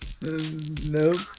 No